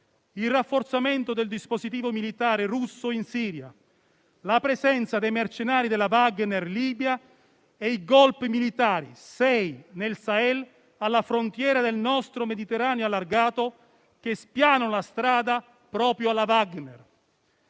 il rafforzamento del dispositivo militare russo in Siria; la presenza dei mercenari della Wagner in Libia e i golpe militari - sei - nel Sahel, alla frontiera del nostro Mediterraneo allargato, che spianano la strada proprio alla Wagner.